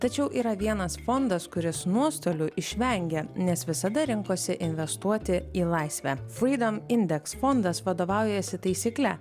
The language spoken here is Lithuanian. tačiau yra vienas fondas kuris nuostolių išvengė nes visada rinkosi investuoti į laisvę fluidams indekso fondas vadovaujasi taisykle